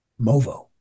Movo